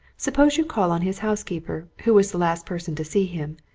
suppose you call on his housekeeper, who was the last person to see him,